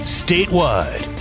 statewide